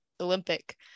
Olympic